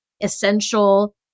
essential